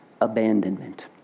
abandonment